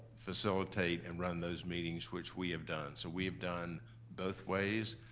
facilitate and run those meetings, which we have done, so we've done both ways.